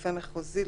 "רופא מחוזי"